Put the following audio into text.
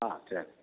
ஆ சரி